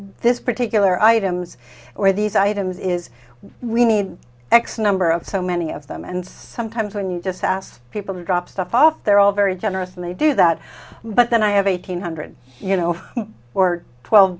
this particular items or these items is we need x number of so many of them and sometimes when you just ask people to drop stuff off they're all very generous and they do that but then i have eight hundred you know or twelve